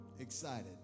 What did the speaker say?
excited